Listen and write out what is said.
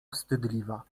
wstydliwa